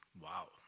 Wow